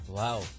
wow